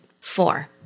Four